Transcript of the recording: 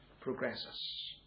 progresses